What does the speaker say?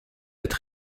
être